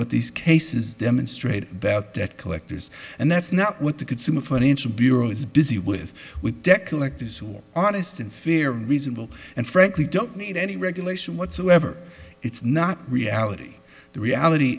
what these cases demonstrate bad debt collectors and that's not what the consumer financial bureau is busy with with debt collectors who are honest and fair reasonable and frankly don't need any regulation whatsoever it's not reality the reality